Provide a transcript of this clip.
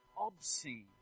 obscene